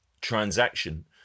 transaction